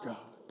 God